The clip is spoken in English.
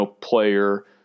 player